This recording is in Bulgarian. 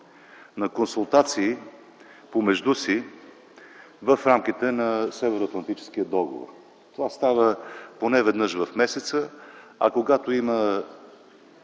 на консултации помежду си в рамките на Северноатлантическия договор. Това става поне веднъж в месеца, а когато има